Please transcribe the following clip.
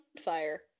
fire